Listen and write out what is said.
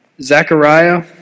Zechariah